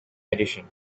edition